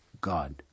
God